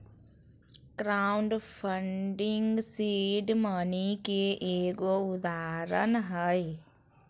crowd funding seed money के एगो उदाहरण हय